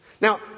Now